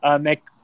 make